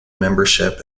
membership